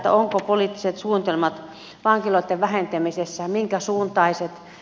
ovatko poliittiset suunnitelmat vankiloitten vähentämisessä minkä suuntaiset